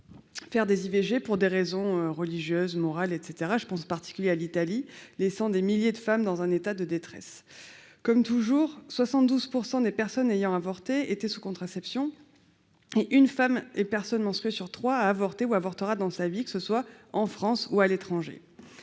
pratiquer l'IVG pour des raisons religieuses, morales ou autres- je pense en particulier à l'Italie -, ce qui laisse des milliers de femmes dans un état de détresse. Il faut savoir que 72 % des personnes ayant avorté étaient sous contraception et qu'une femme ou personne menstruée sur trois a avorté ou avortera dans sa vie, que ce soit en France ou à l'étranger.